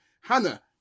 Hannah